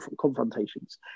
confrontations